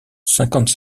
cinquante